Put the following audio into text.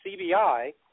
CBI